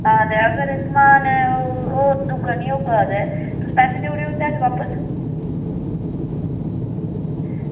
ते होर समान दूआ निं होगा ते पैसे देई ओड़ेओ उंदे हत्थ बापस